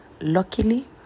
luckily